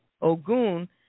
Ogun